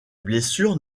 blessures